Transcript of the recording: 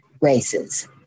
races